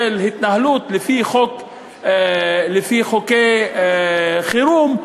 של התנהלות לפי חוקי חירום,